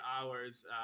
hours